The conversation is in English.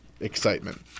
excitement